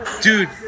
Dude